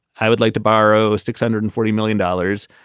i would like to borrow six hundred and forty million dollars.